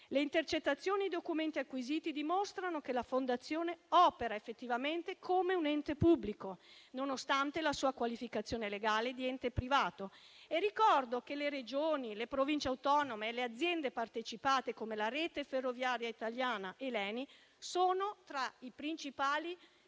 Le intercettazioni e i documenti acquisiti dimostrano che la Fondazione opera effettivamente come un ente pubblico, nonostante la sua qualificazione legale di ente privato, e ricordo che le Regioni, le Province autonome e le aziende partecipate, come la Rete ferroviaria italiana e l'ENI, sono tra i principali